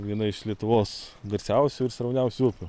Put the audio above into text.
viena iš lietuvos garsiausių ir srauniausių upių